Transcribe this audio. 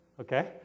Okay